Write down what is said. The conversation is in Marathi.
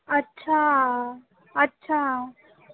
अच्छा अच्छा